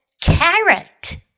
Carrot